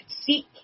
seek